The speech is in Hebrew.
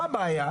מה הבעיה?